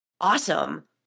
awesome